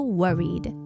worried